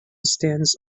stands